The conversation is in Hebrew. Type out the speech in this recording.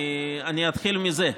אני אתחיל מזה.